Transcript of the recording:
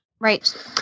Right